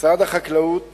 משרד החקלאות